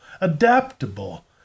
adaptable